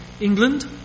England